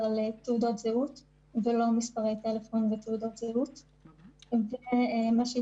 מסתכלים על מגעים ובודקים האם באיזשהו שלב הם חלו.